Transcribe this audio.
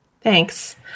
Thanks